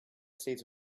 states